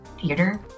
theater